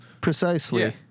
precisely